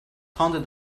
taunted